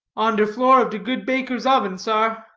on der floor of der good baker's oven, sar.